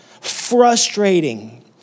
frustrating